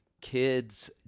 kids